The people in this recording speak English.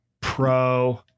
pro